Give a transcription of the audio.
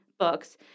books